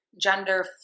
gender